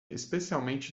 especialmente